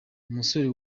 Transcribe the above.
umusore